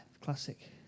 Classic